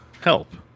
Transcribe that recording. help